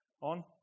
on